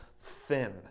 thin